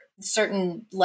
certain